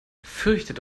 fürchtet